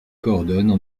coordonnent